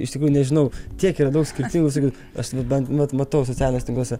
iš tikrųjų nežinau tiek yra daug skirtingų visokių aš bent vat matau socialiniuose tinkluose